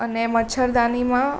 અને મચ્છરદાનીમાં